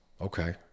Okay